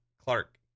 Clark